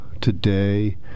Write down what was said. today